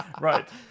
right